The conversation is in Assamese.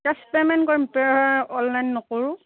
কেছ পেমেন্ট কৰিম অনলাইন নকৰোঁ